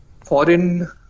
foreign